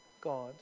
God